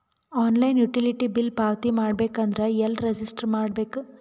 Online utility bill ಪಾವತಿ ಮಾಡಬೇಕು ಅಂದ್ರ ಎಲ್ಲ ರಜಿಸ್ಟರ್ ಮಾಡ್ಬೇಕು?